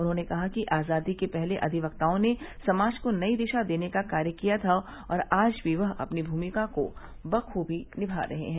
उन्होंने कहा कि आजादी के पहले अधिवक्ताओं ने समाज को नई दिशा देने का कार्य किया था और आज भी वह अपनी भूमिका को बख्बी निभा रहे हैं